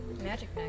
Magic